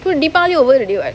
say deepavali over already [what]